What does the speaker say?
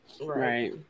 Right